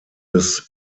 des